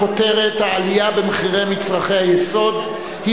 בכותרת: העלייה במחירי מצרכי היסוד היא